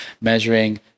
measuring